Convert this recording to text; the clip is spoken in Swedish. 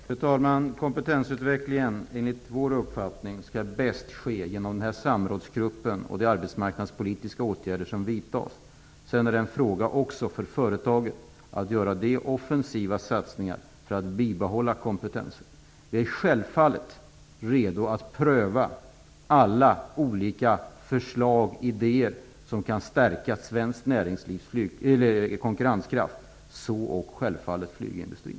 Fru talman! Enligt vår uppfattning sker kompetensutveckling bäst genom den tillsatta samrådsgruppen och genom de arbetsmarknadspolitiska åtgärder som vidtas. Sedan gäller det också att företaget gör offensiva satsningar för att bibehålla kompetensen. Vi är självfallet redo att pröva alla olika förslag och idéer som kan stärka konkurrenskraften inom svenskt näringsliv, och det gäller självfallet också flygindustrin.